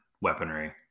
weaponry